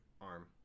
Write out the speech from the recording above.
arm